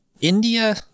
India